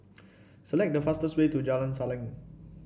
select the fastest way to Jalan Salang